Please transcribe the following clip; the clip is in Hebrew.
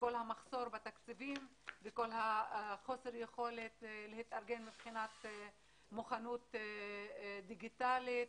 וכול המחסור בתקציבים וחוסר היכולת להתארגן מבחינת מוכנות דיגיטלית.